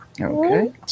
Okay